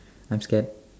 I'm scared